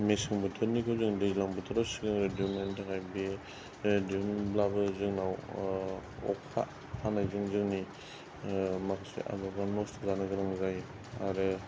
मेसें बोथोरनिखौ जों दैज्लां बोथोराव सोदावनायनि थाखाय बे दिहुनब्लाबो जोंनाव अखा हानायजों जोंनि माखासे आबादा नस्थ' जानो गोनां जायो आरो